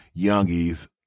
youngies